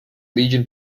legion